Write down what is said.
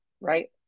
right